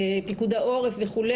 פיקוד העורף וכו',